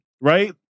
Right